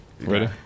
Ready